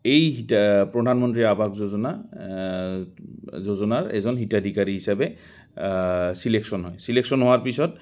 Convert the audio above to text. এই প্ৰধানমন্ত্ৰী আৱাস যোজনা যোজনাৰ এজন হিতাধিকাৰী হিচাপে চিলেকশ্যন হয় চছিলেকশ্যন হোৱাৰ পিছত